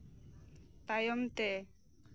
ᱛᱟᱭᱚᱢᱛᱮ